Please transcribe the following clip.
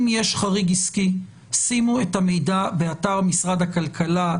אם יש חריג עסקי שימו את המידע באתר משרד הכלכלה,